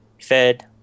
fed